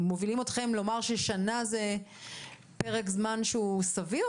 שמובילים אתכם לומר ששנה הוא פרק זמן סביר?